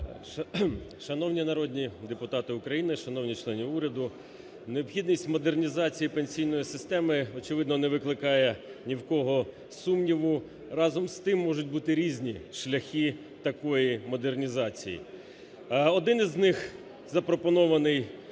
Шановні народні депутати України! Шановні члени уряду! Необхідність модернізації пенсійної системи, очевидно, не викликає ні в кого сумніву. Разом з тим, можуть бути різні шляхи такої модернізації. Один із них запропонований